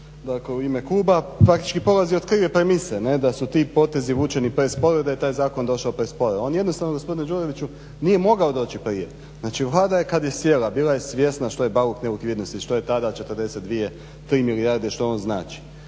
raspravi u ime kluba praktički polazi od krive premise da su ti potezi vučeni presporo i da je taj zakon došao presporo. On jednostavno gospodine Đuroviću nije mogao doći prije. Znači Vlada je kada je sjela bila je svjesna što je bauk nelikvidnosti što je tada 42, tri milijarde što on znači.